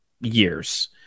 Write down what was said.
years